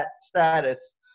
status